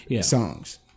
songs